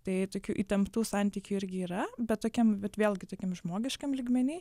tai tokių įtemptų santykių irgi yra bet tokiam bet vėlgi tokiam žmogiškam lygmeny